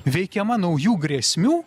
veikiama naujų grėsmių